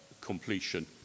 completion